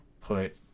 put